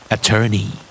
Attorney